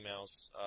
emails